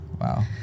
wow